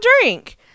drink